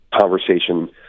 conversation